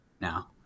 now